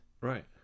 Right